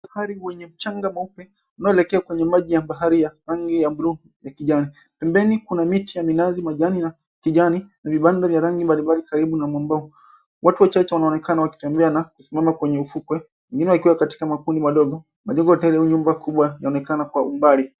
Bahari yenye mchanga mweupe unaoelekea kwenye maji ya bahari ya rangi ya buluu na kijani, pembeni kuna miti ya majani ya kijani na vibanda vya rangi mbali mbali watu wachache wanaonekana wakitembea na kusimama kwenye ufukwe wengine wakiwa katika makundi madogo nyumba kubwa inaonekana kwa umbali.